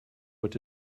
what